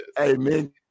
Amen